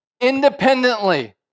independently